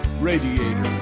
radiator